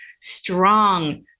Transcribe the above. strong